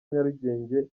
nyarugenge